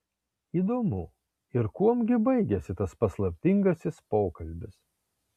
įdomu ir kuom gi baigėsi tas paslaptingasis pokalbis